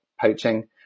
poaching